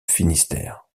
finistère